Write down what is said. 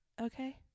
Okay